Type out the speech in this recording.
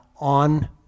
on